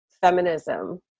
feminism